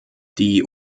die